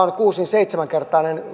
on kuusi viiva seitsemän kertainen